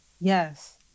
Yes